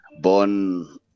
born